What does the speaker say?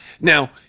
Now